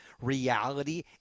reality